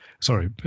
sorry